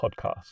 Podcast